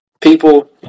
People